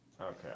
Okay